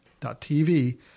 tv